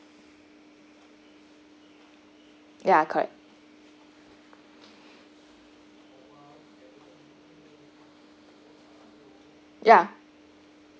ya correct ya